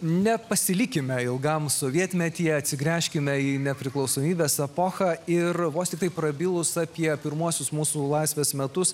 nepasilikime ilgam sovietmetyje atsigręžkime į nepriklausomybės epochą ir vos tiktai prabilus apie pirmuosius mūsų laisvės metus